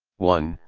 one.